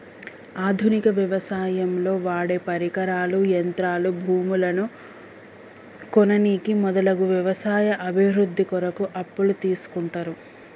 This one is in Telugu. ఆధునిక వ్యవసాయంలో వాడేపరికరాలు, యంత్రాలు, భూములను కొననీకి మొదలగు వ్యవసాయ అభివృద్ధి కొరకు అప్పులు తీస్కుంటరు